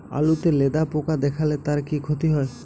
আলুতে লেদা পোকা দেখালে তার কি ক্ষতি হয়?